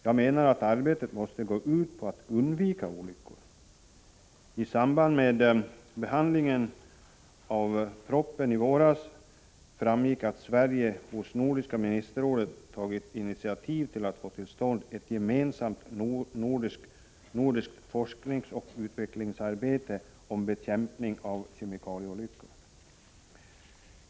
Jag menar att arbetet måste gå ut på att undvika olyckor. I samband med behandlingen av propositionen i våras framgick att Sverige hos Nordiska ministerrådet tagit initiativ till att få till stånd ett gemensamt nordiskt forskningsoch utvecklingsarbete rörande bekämpning av kemikalieolyckor.